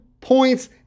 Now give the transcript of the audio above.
points